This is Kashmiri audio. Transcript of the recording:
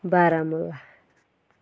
بارہمولہ